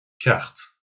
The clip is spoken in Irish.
ceacht